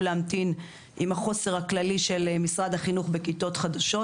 להמתין עם החוסר הכללי של משר החינוך בכיתות חדשות.